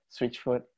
Switchfoot